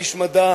איש מדע,